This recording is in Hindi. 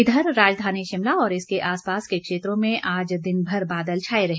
इधर राजधानी शिमला और इसके आसपास के क्षेत्रों में आज दिनभर बादल छाए रहे